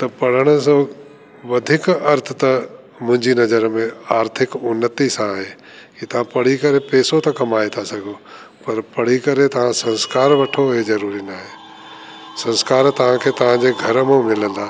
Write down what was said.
त पढ़णु सां वधीक अर्थ त मुंहिंजी नज़र में आर्थिक उन्नति सां आहे हितां पढ़ी करे पेसो त कमाइ था सघो पर पढ़े करे तव्हां संस्कार वठो हीअ जरूरी न आहे संस्कार तव्हांखे तव्हांजे घर मऊं मिलंदा